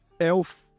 Elf